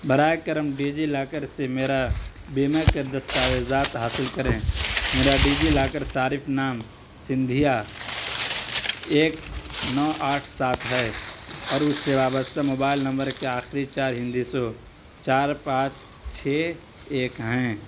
برائے کرم DigiLocker سے میرا بیما کے دستاویزات حاصل کریں میرا ڈیجی لاکر صارف نام سندھیا ایک نو آٹھ سات ہے اور اس سے وابستہ موبائل نمبر کے آخری چار ہندسوں چار پانچ چھ ایک ہیں